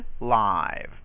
live